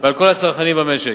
ועל כל הצרכנים במשק.